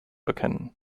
erkennen